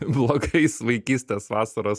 blogais vaikystės vasaros